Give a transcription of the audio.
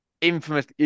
infamous